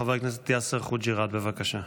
חבר הכנסת יאסר חוג'יראת, בבקשה.